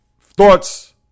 thoughts